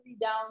down